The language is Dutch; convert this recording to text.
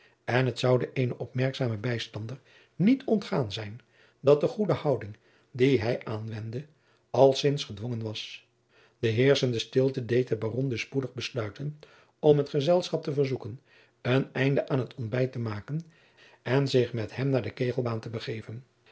en het zoude eenen opmerkzamen bijstander niet ontgaan zijn dat de goede houding die hij aanwendde alzins gedwongen was de heerschende stilte deed den baron dus spoedig besluiten om het gezelschap te verzoeken een einde aan het ontbijt te maken en zich met hem naar de kegelbaan te begeven